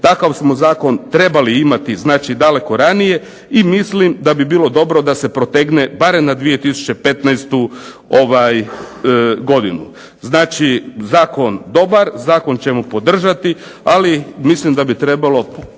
takav smo zakon trebali imati znači daleko ranije, i mislim da bi bilo dobro da se protegne barem na 2015. godinu. Znači zakon dobar, zakon ćemo podržati, ali mislim da bi trebalo